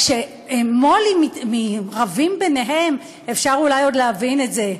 כשמו"לים רבים ביניהם אפשר אולי עוד להבין את זה,